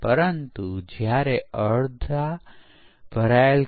પરંતુ V model તેને ટેકો આપતું નથી